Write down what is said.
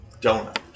donut